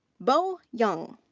bo yang.